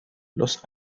los